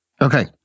Okay